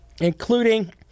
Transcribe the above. including